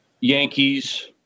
Yankees